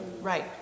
right